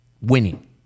winning